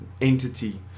entity